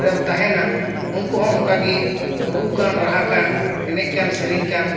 ᱨᱮᱢ ᱛᱟᱦᱮᱱᱟ ᱩᱱᱠᱩ ᱦᱚᱸ ᱚᱱᱠᱟᱜᱮ ᱨᱩ ᱠᱟᱱ ᱨᱟᱦᱟ ᱠᱟᱱ ᱮᱱᱮᱡ ᱠᱟᱱ ᱥᱮᱨᱮᱧ ᱠᱟᱱ